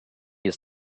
has